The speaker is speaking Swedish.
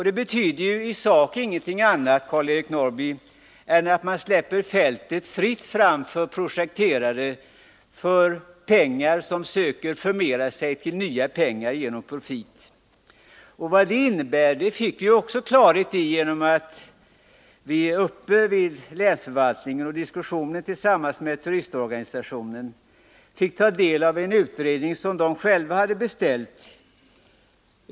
Det betyder i sak inget annat, Karl-Eric Norrby, än att det är fritt fram för projekterare, för pengar som söker förmera sig till nya pengar genom profit. Vad det innebär fick vi klart besked om vid ett besök hos länsförvaltningen och i diskussioner med turistorganisationen. Vi fick ta del av en utredning som turistföreningen hade beställt.